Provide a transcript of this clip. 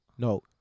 No